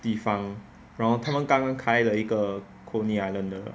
地方然后他们刚刚开了一个 coney island 的